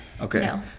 okay